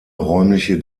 räumliche